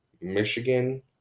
Michigan